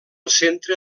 centre